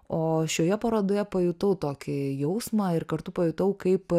o šioje parodoje pajutau tokį jausmą ir kartu pajutau kaip